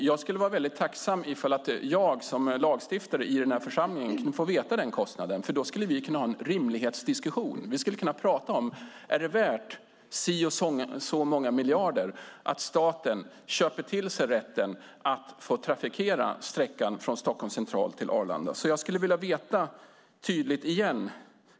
Jag vore därför tacksam om jag som lagstiftare i denna församling fick veta den kostnaden, för då skulle vi kunna ha en rimlighetsdiskussion om huruvida det är värt si och så många miljarder att staten köper sig rätten att trafikera sträckan Stockholms central-Arlanda. Catharina Elmsäter-Svärd!